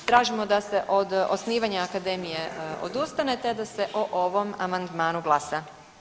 Tražimo da se od osnivanja Akademije odustane te da se o ovom amandmanu glasa.